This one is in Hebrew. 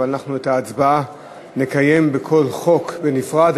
אבל אנחנו את ההצבעה נקיים על כל חוק בנפרד.